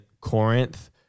Corinth